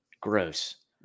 Gross